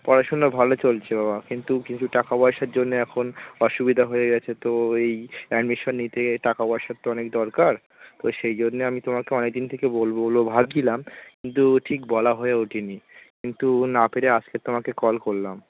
পড়াশোনা ভালো চলছে বাবা কিন্তু কিছু টাকা পয়সার জন্যে এখন অসুবিধা হয়ে গেছে তো এই অ্যাডমিশান নিতে টাকা পয়সার তো অনেক দরকার তো সেই জন্যে আমি তোমাকে অনেক দিন থেকেই বলবো বলবো ভাবছিলাম কিন্তু ঠিক বলা হয়ে ওঠে নি কিন্তু না পেরে আজকে তোমাকে কল করলাম